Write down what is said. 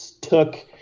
took